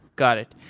got it.